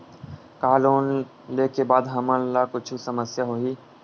का लोन ले के बाद हमन ला कुछु समस्या होही?